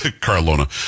carolina